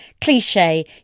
cliche